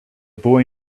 boy